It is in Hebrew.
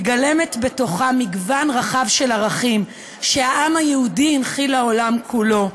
מגלמת בתוכה מגוון רחב של ערכים שהעם היהודי הנחיל לעולם כולו.